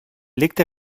legte